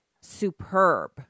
superb